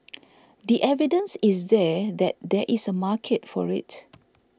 the evidence is there that there is a market for it